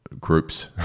groups